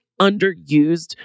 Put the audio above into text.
underused